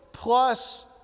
Plus